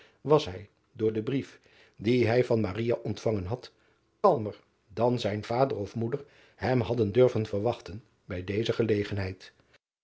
was hij door den brief dien hij van ontvangen had kalmer dan zijn vader of moeder hem hadden durven verwachten bij deze gelegenheid